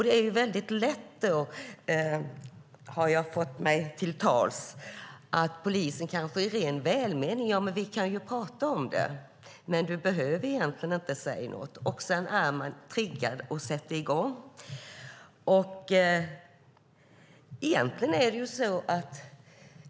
Det är då väldigt lätt, har jag fått veta, att polisen kanske i ren välmening säger: Ja, men vi kan prata om det, men du behöver egentligen inte säga något. Sedan är man triggad att sätta i gång.